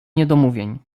niedomówień